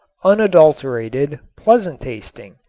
unadulterated, pleasant-tasting,